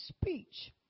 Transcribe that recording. speech